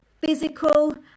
physical